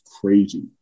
crazy